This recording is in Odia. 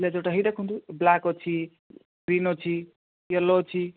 ବ୍ଲେଜର୍ଟା ଏହି ଦେଖନ୍ତୁ ବ୍ଲାକ୍ ଅଛି ଗ୍ରୀନ୍ ଅଛି ୟେଲୋ ଅଛି